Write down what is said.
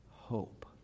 hope